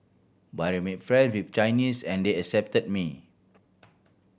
but I made friends with Chinese and they accepted me